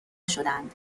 شدهاند